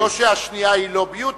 לא שהשנייה היא לאbeauty,